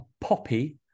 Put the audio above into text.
poppy